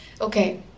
Okay